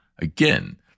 again